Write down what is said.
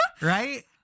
Right